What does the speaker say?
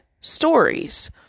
stories